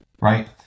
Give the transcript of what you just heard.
Right